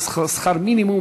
זה שכר מינימום.